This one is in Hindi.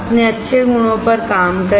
अपने अच्छे गुणों पर काम करें